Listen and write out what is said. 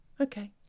okay